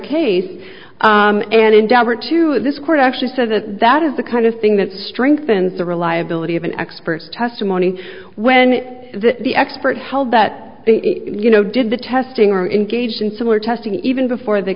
case and endeavor to this court actually said that that is the kind of thing that strengthens the reliability of an expert's testimony when the expert held that the you know did the testing or engaged in similar testing even before the